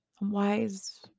wise